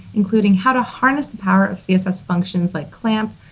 including how to harness the power of css functions like clamp,